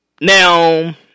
Now